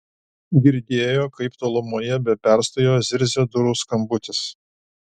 girdėjo kaip tolumoje be perstojo zirzia durų skambutis